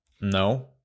No